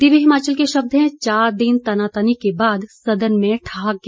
दिव्य हिमाचल के शब्द हैं चार दिन तनातनी के बाद सदन में ठहाके